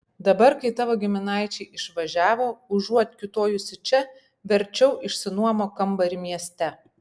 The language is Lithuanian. dabar kai tavo giminaičiai išvažiavo užuot kiūtojusi čia verčiau išsinuomok kambarį mieste